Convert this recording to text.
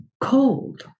cold